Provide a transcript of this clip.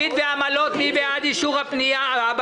ועמלות, מי בעד אישור הבקשה?